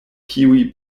kiuj